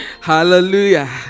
Hallelujah